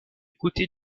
côté